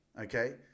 Okay